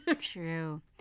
True